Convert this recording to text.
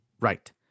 Right